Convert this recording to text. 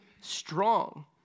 strong